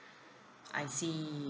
I see